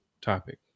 topic